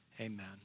amen